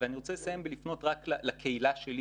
אני רוצה לסיים ולפנות רק לקהילה שלי